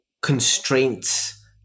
constraints